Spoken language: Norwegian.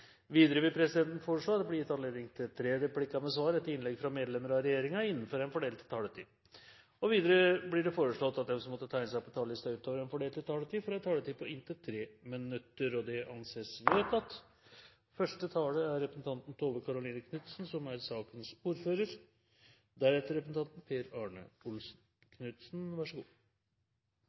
Videre vil presidenten foreslå at det blir gitt anledning til tre replikker med svar etter innlegg fra medlem av regjeringen innenfor den fordelte taletid. Videre blir det foreslått at de som måtte tegne seg på talerlisten utover den fordelte taletid, får en taletid på inntil 3 minutter. – Det anses vedtatt. Første taler er Tove Karoline Knutsen, som holder sitt innlegg på vegne av Thomas Breen, som er sakens ordfører.